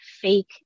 fake